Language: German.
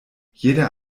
jeder